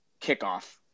kickoff